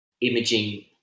imaging